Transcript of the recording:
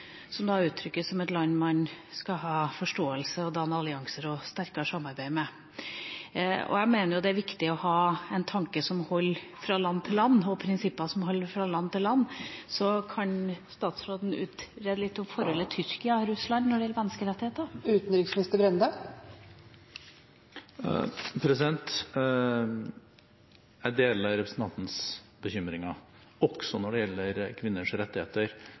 som en gir uttrykk for er et land man skal ha forståelse, danne allianser og ha sterkere samarbeid med. Jeg mener det er viktig å ha en tanke som holder fra land til land, og prinsipper som holder fra land til land – så kan utenriksministeren utrede litt om forholdet Tyrkia-Russland når det gjelder menneskerettigheter? Jeg deler representantens bekymringer, også når det gjelder kvinners rettigheter,